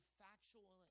factual